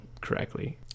correctly